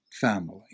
family